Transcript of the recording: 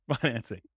financing